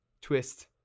twist